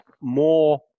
more